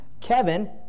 Kevin